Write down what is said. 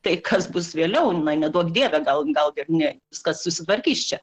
tai kas bus vėliau na neduok dieve gal gal ir ne viskas susitvarkys čia